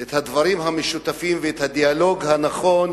את הדברים המשותפים ואת הדיאלוג הנכון